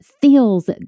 feels